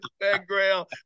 background